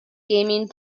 gaming